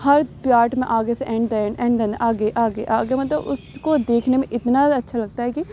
ہر part میں آگے سے اینڈ دن اینڈ دن آگے آگے آگے مطلب اُس کو دیکھنے میں اتنا اچھا لگتا ہے کہ